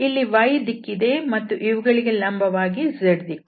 ಇದು x ನ ದಿಕ್ಕು ಇಲ್ಲಿ y ನ ದಿಕ್ಕಿದೆ ಮತ್ತು ಇವುಗಳಿಗೆ ಲಂಬವಾಗಿ z ದಿಕ್ಕು